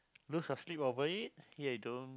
lose your sleep over it don't